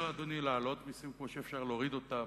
אדוני, אפשר להעלות מסים כמו שאפשר להוריד אותם.